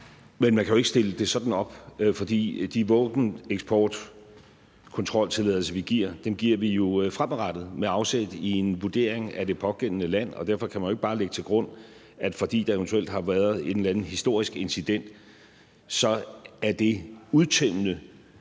Men man kan jo ikke stille det sådan op. For de våbeneksport/-kontrol/-tilladelser, vi giver, giver vi jo fremadrettet med afsæt i en vurdering af det pågældende land, og derfor kan man ikke bare lægge til grund, at det, fordi der eventuelt har været en eller anden historisk evidens, så er udtømmende